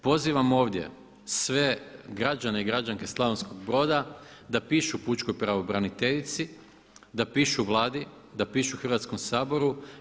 Pozivam ovdje sve građane i građanke Slavonskog Broda da pišu pučkoj pravobraniteljici, da pišu Vladi, da pišu Hrvatskom saboru.